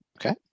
Okay